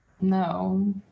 No